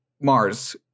Mars